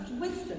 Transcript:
wisdom